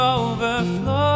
overflow